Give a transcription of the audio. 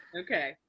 Okay